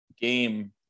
game